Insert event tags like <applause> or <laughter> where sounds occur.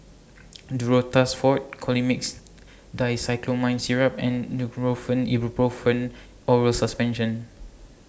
<noise> Duro Tuss Forte Colimix Dicyclomine Syrup and Nurofen Ibuprofen Oral Suspension